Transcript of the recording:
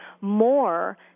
more